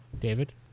David